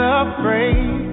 afraid